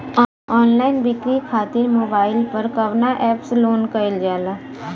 Online बिक्री खातिर mobile पर कवना एप्स लोन कईल जाला?